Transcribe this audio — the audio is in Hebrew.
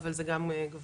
אבל זה גם גברים